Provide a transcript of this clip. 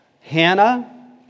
Hannah